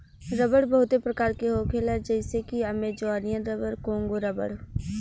रबड़ बहुते प्रकार के होखेला जइसे कि अमेजोनियन रबर, कोंगो रबड़